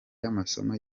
y’amasomo